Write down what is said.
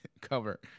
cover